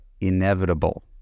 inevitable